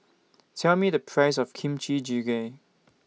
Tell Me The Price of Kimchi Jjigae